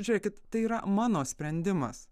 žiūrėkit tai yra mano sprendimas